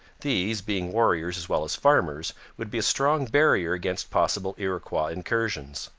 these, being warriors as well as farmers, would be a strong barrier against possible iroquois incursions.